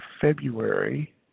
February